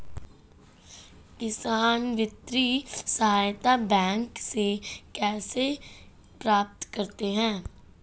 किसान वित्तीय सहायता बैंक से लोंन कैसे प्राप्त करते हैं?